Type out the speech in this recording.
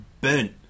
burnt